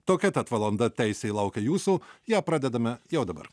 tokia tad valanda teisėj laukia jūsų ją pradedame jau dabar